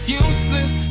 useless